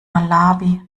malawi